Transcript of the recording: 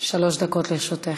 שלוש דקות לרשותך.